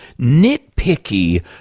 nitpicky